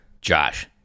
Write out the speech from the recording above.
Josh